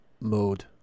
Mode